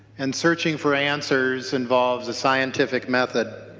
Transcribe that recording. and searching for answers involves the scientific method